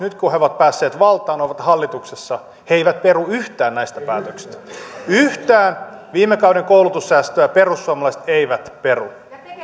nyt kun he ovat päässeet valtaan ovat hallituksessa he eivät peru yhtään näistä päätöksistä yhtään viime kauden koulutussäästöä perussuomalaiset eivät peru